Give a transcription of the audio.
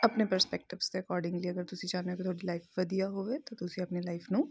ਆਪਣੇ ਪਰਸਪੈਕਟਸ ਦੇ ਅਕੋਡਿੰਗਲੀ ਅਗਰ ਤੁਸੀਂ ਚਾਹੁੰਦੇ ਹੋ ਕਿ ਤੁਹਾਡੀ ਲਾਈਫ ਵਧੀਆ ਹੋਵੇ ਤਾਂ ਤੁਸੀਂ ਆਪਣੇ ਲਾਈਫ ਨੂੰ